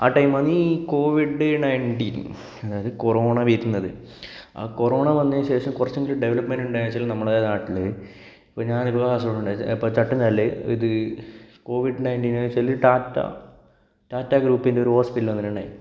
ആ ടൈമാണ് ഈ കോവിഡ് നൈൻറ്റീൻ ഉണ്ടായിരുന്നത് അതായത് കൊറോണ വരുന്നത് ആ കൊറോണ വന്നതിന് ശേഷം കുറച്ചെങ്കിലും ഡെവലപ്മെൻറ് ഉണ്ടായെന്ന് വെച്ചാല് നമ്മളുടെ നാട്ടില് ഞാനിപ്പോൾ കാസർഗോഡ് ഉണ്ടായത് ഇപ്പം ചട്ടൻചാലില് ഇത് കോവിഡ് നൈൻറ്റീൻ വെച്ചാല് ടാറ്റ ടാറ്റ ഗ്രൂപ്പിന്റെ ഒരു ഹോസ്പിറ്റൽ വന്നിട്ടുണ്ടായിരുന്നു